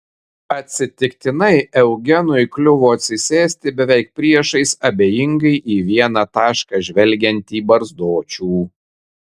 atsitiktinai eugenui kliuvo atsisėsti beveik priešais abejingai į vieną tašką žvelgiantį barzdočių